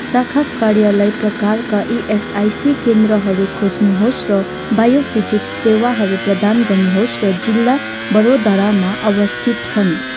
शाखा कार्यालय प्रकारका इएसआइसी केन्द्रहरू खोज्नुहोस् र बायोफिजिक्स सेवाहरू प्रदान गर्नुहोस् र जिल्ला बरोदरामा अवस्थित छन्